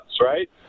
right